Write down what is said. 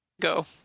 go